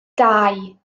dau